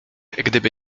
gdyby